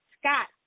Scott